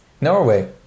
Norway